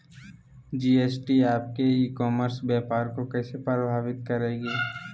GST आपके e commerce व्यापार को कैसे प्रभावित करेगी?